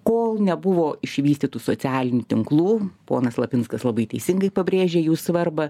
kol nebuvo išvystytų socialinių tinklų ponas lapinskas labai teisingai pabrėžia jų svarbą